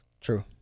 True